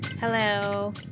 Hello